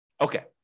Okay